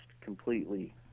completely